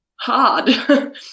hard